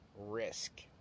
risk